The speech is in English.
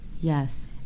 Yes